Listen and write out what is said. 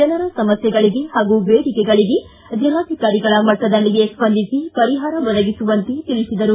ಜನರ ಸಮಸ್ಯೆಗಳಿಗೆ ಹಾಗೂ ಬೇಡಿಕೆಗಳಿಗೆ ಜಿಲ್ಲಾಧಿಕಾರಿಗಳ ಮಟ್ಟದಲ್ಲಿಯೇ ಸ್ಪಂಧಿಸಿ ಪರಿಹಾರ ಒದಗಿಸುವಂತೆ ತಿಳಿಸಿದರು